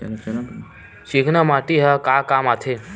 चिकना माटी ह का काम आथे?